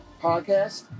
podcast